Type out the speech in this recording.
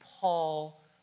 Paul